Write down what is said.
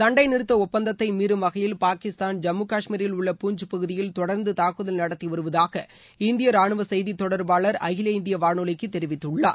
சண்டை நிறுத்த ஒப்பந்தத்தை மீறும் வகையில் பாகிஸ்தான் ஜம்மு காஷ்மீரில் உள்ள பூஞ்ச் பகுதியில் தொடர்ந்து தாக்குதல் நடத்தி வருவதாக இந்திய ரானுவ செய்தித் தொடர்பாளர் அகில இந்திய வானொலிக்கு தெரிவித்துள்ளார்